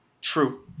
True